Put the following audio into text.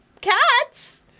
Cats